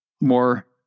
more